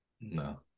No